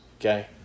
Okay